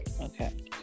Okay